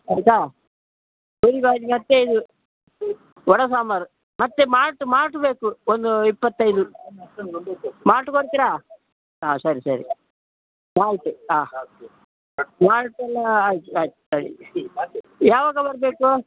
ಆಯಿತಾ ಪೂರಿ ಬಾಜಿ ಮತ್ತು ಇದು ವಡೆ ಸಾಂಬಾರು ಮತ್ತು ಮಾಲ್ಟ್ ಮಾಲ್ಟ್ ಬೇಕು ಒಂದು ಇಪ್ಪತ್ತೈದು ಮಾಲ್ಟ್ ಕೊಡ್ತೀರಾ ಹಾಂ ಸರಿ ಸರಿ ಆಯಿತು ಹಾಂ ಮಾಲ್ಟೆಲ್ಲ ಆಯಿತು ಆಯಿತು ಸರಿ ಯಾವಾಗ ಬರಬೇಕು